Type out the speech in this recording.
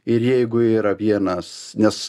ir jeigu yra vienas nes